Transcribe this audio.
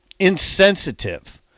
insensitive